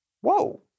Whoa